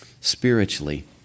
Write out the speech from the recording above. spiritually